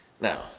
Now